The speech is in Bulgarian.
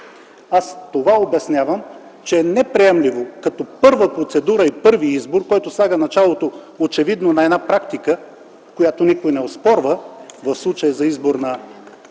Аз това обяснявам - че е неприемливо като първа процедура и първи избор (който очевидно слага началото на една практика, която никой не оспорва, в случая за избор на